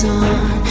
on